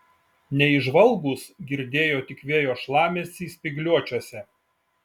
neįžvalgūs girdėjo tik vėjo šlamesį spygliuočiuose